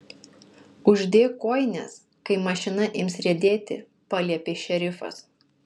uždek kojines kai mašina ims riedėti paliepė šerifas